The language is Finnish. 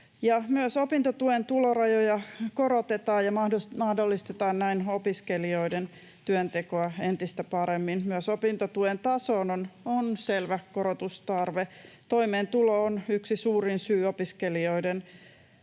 Myös opintotuen tulorajoja korotetaan ja mahdollistetaan näin opiskelijoiden työntekoa entistä paremmin. Myös opintotuen tasoon on selvä korotustarve. Toimeentulo on yksi suurin syy opiskelijoiden